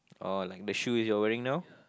oh like the shoe you're wearing now